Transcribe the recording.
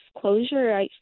closure